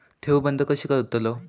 ठेव बंद कशी करतलव?